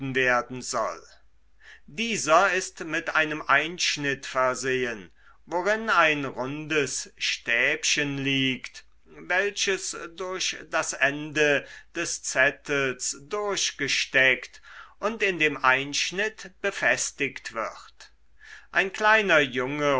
werden soll dieser ist mit einem einschnitt versehen worin ein rundes stäbchen liegt welches durch das ende des zettels durchgesteckt und in dem einschnitt befestigt wird ein kleiner junge